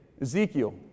Ezekiel